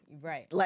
right